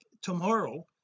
tomorrow